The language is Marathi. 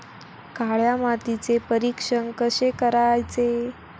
काळ्या मातीचे परीक्षण कसे करायचे?